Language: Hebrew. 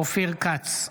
אופיר כץ,